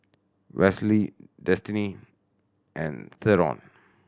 Wesley Destiny and Theron